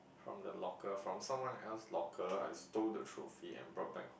from the local from someone else locker I stole the trophy and brought back home